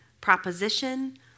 proposition